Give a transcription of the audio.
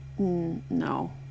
No